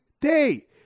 day